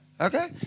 Okay